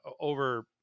over